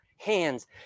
hands